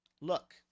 look